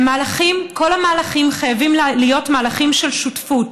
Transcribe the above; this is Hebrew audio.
כל המהלכים חייבים להיות מהלכים של שותפות,